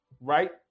right